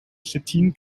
stettin